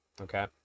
Okay